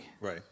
Right